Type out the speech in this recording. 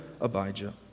Abijah